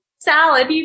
Salad